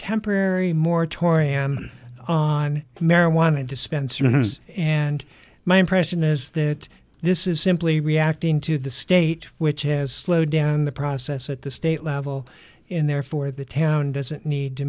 temporary moratorium on marijuana dispensary owners and my impression is that this is simply reacting to the state which has slowed down the process at the state level and therefore the town doesn't need to